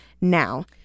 now